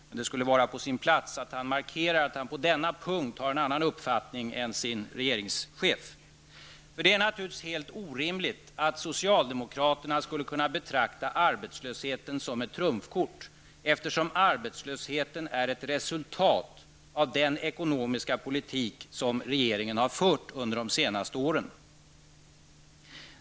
Men det skulle vara på sin plats att han markerar att han på denna punkt har en annan uppfattning än sin regeringschef. Det är naturligtvis helt orimligt att socialdemokraterna skulle kunna betrakta arbetslösheten som ett trumfkort, eftersom arbetslösheten är ett resultat av den ekonomiska politik som regeringen har fört under de senaste åren.